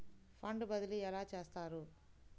Fund బదిలీ ఎలా చేస్తారు?